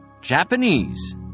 Japanese